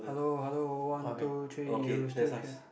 hello hello one two three you still can